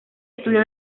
estudió